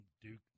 Duke